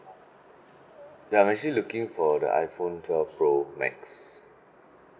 ya I'm actually looking for the iphone twelve pro max